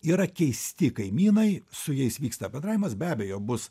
yra keisti kaimynai su jais vyksta bendravimas be abejo bus